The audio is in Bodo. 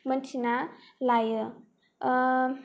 मिन्थिना लायो